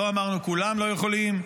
לא אמרנו שכולם לא יכולים,